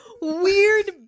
weird